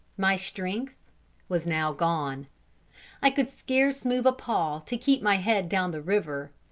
my strength was now gone i could scarce move a paw to keep my head down the river.